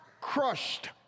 crushed